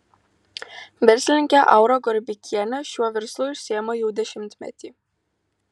verslininkė aura gorbikienė šiuo verslu užsiima jau dešimtmetį